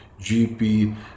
GP